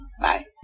Bye